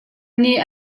nih